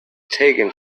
taken